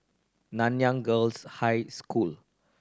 Nanyang Girls' High School